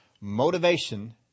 motivation